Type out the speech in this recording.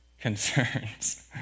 Concerns